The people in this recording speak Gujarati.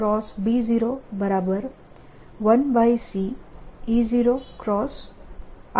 તેથી E0B01c E0 થશે